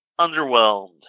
underwhelmed